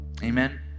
Amen